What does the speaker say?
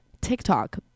TikTok